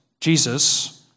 Jesus